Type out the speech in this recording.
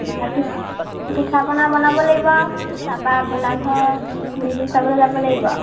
লাগিব পিঠা পনা বনাব লাগিব আৰু তাৰপৰা ভেলাঘৰ বিহু চাবলৈ যাব লাগিব আৰু